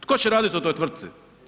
Tko će radit u toj tvrtci?